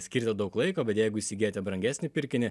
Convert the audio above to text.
skirti daug laiko bet jeigu įsigyjate brangesnį pirkinį